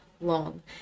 long